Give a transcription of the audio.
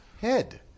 head